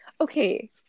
Okay